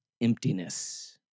emptiness